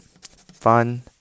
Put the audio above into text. fun